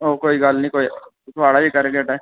ओह् कोई गल्ल निं कोई एह् थुआढ़ा गै टारगेट ऐ